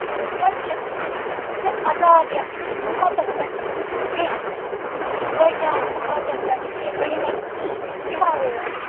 مگر تویتہِ چھِنہٕ سُہ عزاب یَتھ اُمَتَس پٮ۪ٹھ کیٚنہہ یہِ بٲقِیَن اُمَتَن پٮ۪ٹھ یِم بِرنٛہِمٮ۪ن یِوان اوس